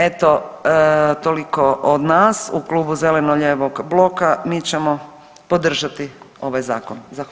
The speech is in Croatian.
Eto toliko od nas u Klubu zeleno-lijevog bloka, mi ćemo podržati ovaj zakon.